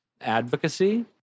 advocacy